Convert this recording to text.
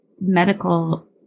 medical